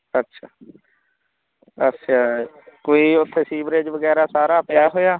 ਅੱਛਾ ਅੱਛਾ ਕੋਈ ਉੱਥੇ ਸੀਵਰੇਜ ਵਗੈਰਾ ਸਾਰਾ ਪਿਆ ਹੋਇਆ